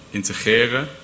integreren